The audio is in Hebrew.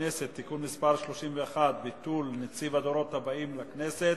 הכנסת (תיקון מס' 31) (ביטול נציב הדורות הבאים לכנסת),